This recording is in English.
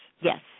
Yes